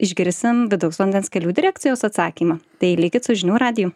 išgirsim vidaus vandens kelių direkcijos atsakymą tai likit su žinių radiju